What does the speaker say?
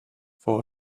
for